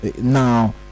now